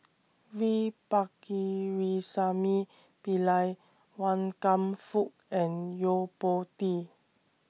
V Pakirisamy Pillai Wan Kam Fook and Yo Po Tee